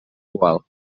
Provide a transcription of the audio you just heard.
igual